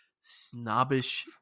snobbish